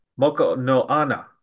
Mokonoana